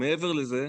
מעבר לזה,